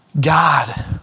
God